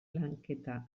lanketa